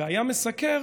והיה מסקר,